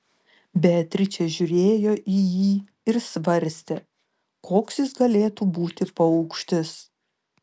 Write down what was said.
beatričė žiūrėjo į jį ir svarstė koks jis galėtų būti paukštis